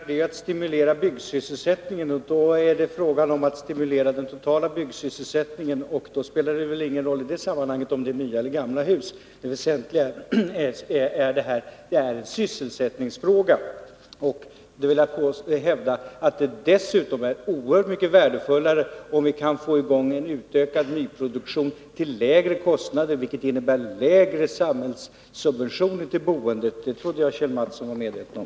Herr talman! Vad vi här diskuterar är frågan om att stimulera den totala byggsysselsättningen. I det sammanhanget spelar det väl ingen roll om det är gamla eller nya hus. Det väsentliga är att det är en sysselsättningsfråga. Jag vill dessutom hävda att det är oerhört värdefullt om vi kan få i gång en nyproduktion till lägre kostnader, vilket innebär lägre samhällssubventioner till boendet. Det trodde jag att Kjell Mattsson var medveten om.